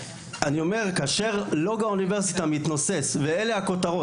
כאשר לו"ג האוניברסיטה מתנוסס ואלה הכותרות